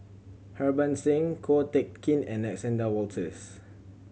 Harbans Singh Ko Teck Kin and Alexander Wolters